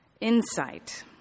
insight